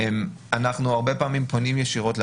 אנחנו הרבה פעמים פונים ישירות לבנק,